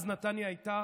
אז נתניה הייתה